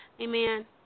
amen